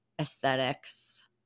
aesthetics